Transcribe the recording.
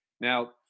Now